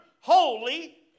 holy